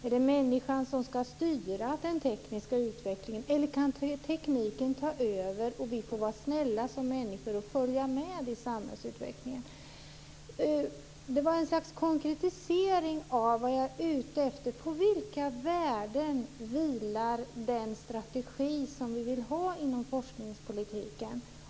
Är det människan som ska styra den tekniska utvecklingen, eller kan tekniken ta över så att vi människor snällt får följa med i samhällsutvecklingen? Detta var ett slags konkretisering av vad jag är ute efter. På vilka värden vilar den strategi som vi vill ha inom forskningspolitiken.